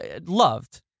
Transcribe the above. loved